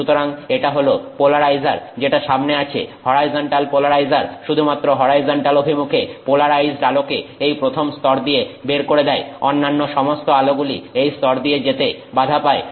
সুতরাং এটা হল পোলারাইজার যেটা সামনে আছে হরাইজন্টাল পোলারাইজার শুধুমাত্র হরাইজন্টাল অভিমুখে পোলারাইজড আলোকে এই প্রথম স্তর দিয়ে বের করে দেয় অন্যান্য সমস্ত আলোগুলি এই স্তর দিয়ে যেতে বাধা পায়